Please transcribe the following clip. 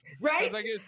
right